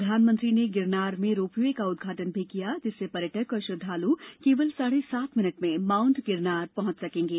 प्रधानमंत्री ने गिरनार में रोपवे का उद्घाटन भी किया जिससे पर्यटक और श्रद्वालु केवल साढ़े सात मिनट में माउंट गिरनार पहुंच सकेंगे